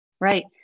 right